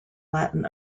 latin